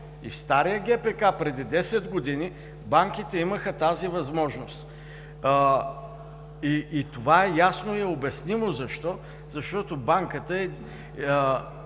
И в стария ГПК преди 10 години банките имаха тази възможност. Това е ясно и е обяснимо защо. Защото банката е